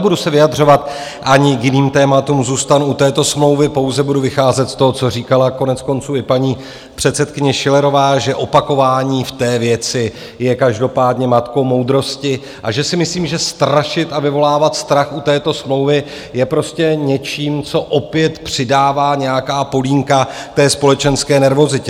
Nebudu se vyjadřovat ani k jiným tématům, zůstanu u této smlouvy, pouze budu vycházet z toho, co říkala koneckonců i paní předsedkyně Schillerová, že opakování v té věci je každopádně matkou moudrosti a že si myslím, že strašit a vyvolávat strach u této smlouvy je prostě něčím, co opět přidává nějaká polínka té společenské nervozitě.